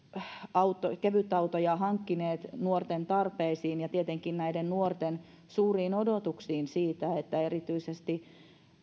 kevytautoja hankkineet nuorten tarpeisiin ja tietenkin näiden nuorten suuriin odotuksiin siitä että erityisesti